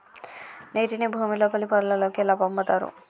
నీటిని భుమి లోపలి పొరలలోకి ఎట్లా పంపుతరు?